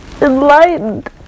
enlightened